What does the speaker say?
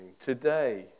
today